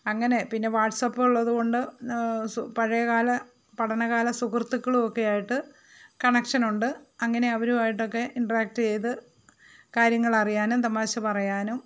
അങ്ങനെ പിന്നെ വാട്സാപ്പുള്ളത് കൊണ്ട് പഴയകാല പഠനകാല സുഹൃത്തുക്കളുമൊക്കെയായിട്ട് കണക്ഷനുണ്ട് അങ്ങനെ അവരുമായിട്ടൊക്കെ ഇൻറ്ററാക്റ്റ് ചെയ്ത് കാര്യങ്ങളറിയാനും തമാശ പറയാനും